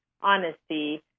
honesty